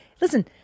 Listen